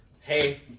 Hey